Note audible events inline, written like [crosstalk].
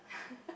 [laughs]